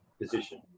position